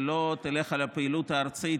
ולא תלך על הפעילות הארצית,